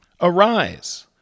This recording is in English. Arise